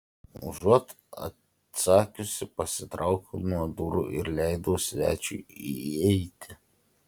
užuot atsakiusi pasitraukiau nuo durų ir leidau svečiui įeiti